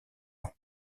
ans